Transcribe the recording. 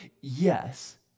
yes